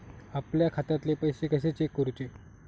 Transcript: आपल्या खात्यातले पैसे कशे चेक करुचे?